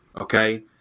Okay